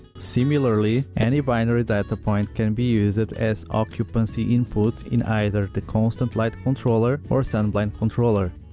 similarly, any binary data point can be used as occupancy input in either the constant light controller or sunblind controller.